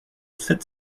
sept